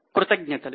కృతజ్ఞతలు